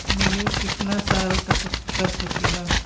निवेश कितना साल तक कर सकीला?